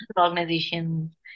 organizations